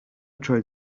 trying